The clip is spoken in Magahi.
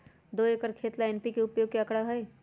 दो एकर खेत ला एन.पी.के उपयोग के का आंकड़ा होई?